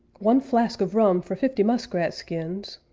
one flask of rum for fifty muskrat skins!